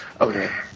Okay